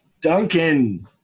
Duncan